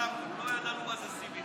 בלעדיו לא ידענו מה זה סיבים.